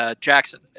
Jackson